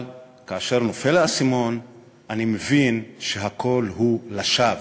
אבל כאשר נופל האסימון אני מבין שהכול הוא לשווא.